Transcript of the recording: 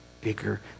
bigger